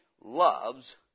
loves